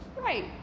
right